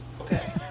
Okay